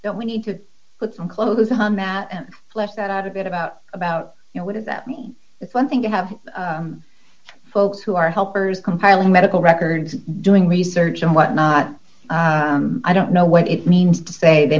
then we need to put some clothes on that and let that out a bit about about you know what does that mean it's one thing to have folks who are helpers compiling medical records doing research and what not i don't know what it means to say they